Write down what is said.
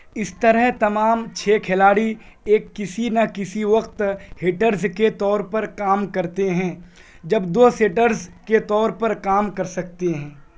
اس طرح تمام چھ کھلاڑی ایک کسی نا کسی وقت ہٹرز کے طور پر کام کرتے ہیں جب دو سیٹرز کے طور پر کام کر سکتے ہیں